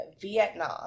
Vietnam